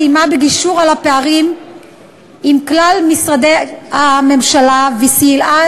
סייעה בגישור על הפערים עם כלל משרדי הממשלה וסייעה